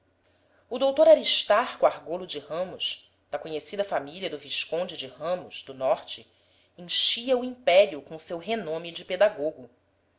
o dr aristarco argolo de ramos da conhecida família do visconde de ramos do norte enchia o império com o seu renome de pedagogo